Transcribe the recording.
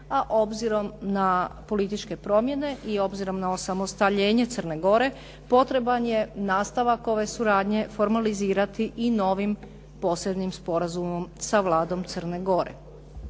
a obzirom na političke promjene i obzirom na osamostaljenje Crne Gore potreban je nastavak ove suradnje formalizirati i novim posebnim sporazumom sa Vladom Crne Gore.